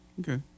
okay